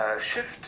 Shift